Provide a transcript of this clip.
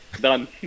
done